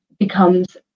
becomes